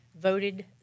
Voted